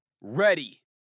Ready